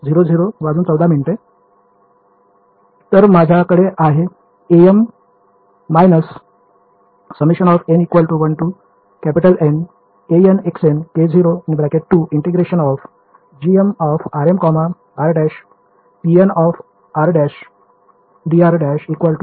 तर माझ्याकडे आहे am − k0 ∫ grm r′pnr′dr′ F i